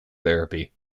therapy